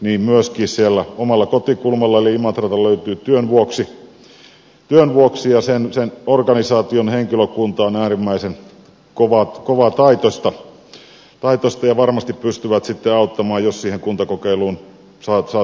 myöskin sieltä omalta kotikulmaltani eli imatralta löytyy työn vuoksi ja sen organisaation henkilökunta on äärimmäisen kovataitoista ja varmasti pystyy sitten auttamaan jos siihen kuntakokeiluun päästään keväällä